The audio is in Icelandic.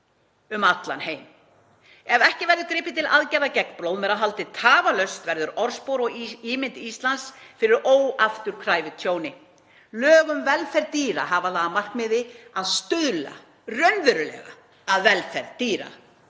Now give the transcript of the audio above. heim allan. Ef ekki verður gripið til aðgerða gegn blóðmerahaldi tafarlaust verður orðspor og ímynd Íslands fyrir óafturkræfu tjóni. Lög um velferð dýra hafa það að markmiði að stuðla að velferð dýra,